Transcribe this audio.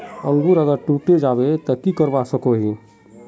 अंकूर अगर टूटे जाबे ते की करवा सकोहो ही?